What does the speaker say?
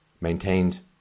maintained